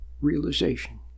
realization